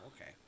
okay